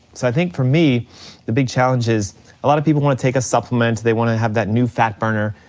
so i think for me the big challenge is a lot of people wanna take a supplement, they wanna have that new fat burner,